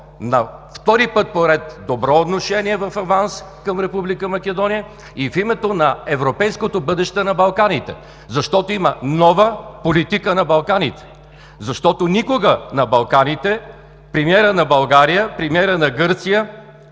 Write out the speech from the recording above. на втори път по ред добро отношение в аванс към Република Македония и в името на европейското бъдеще на Балканите, защото има нова политика на Балканите, защото никога на Балканите премиерът на България, премиерът на Гърция,